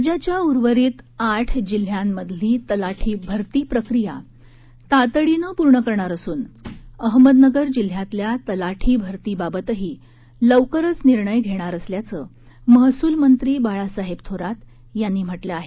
राज्याच्या उर्वरित आठ जिल्ह्यांमधली तलाठी भर्तीप्रक्रिया तातडीनं पूर्ण करणार असून अहमदनगर जिल्ह्यातल्या तलाठी भारतीबाबतही लवकरच निर्णय घेणार असल्याचं महसूलमंत्री बाळासाहेब थोरात यांनी म्हटलं आहे